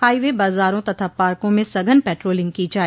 high वे बाजारों तथा पार्कों में सघन पेट्रोलिंग की जाए